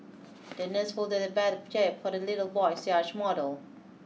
the nurse folded a paper jib for the little boy's yacht model